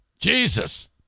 Jesus